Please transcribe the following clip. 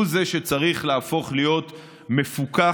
הוא זה שצריך להפוך להיות מפוקח,